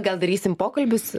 gal darysim pokalbius